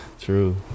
True